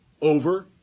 over